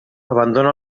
abandona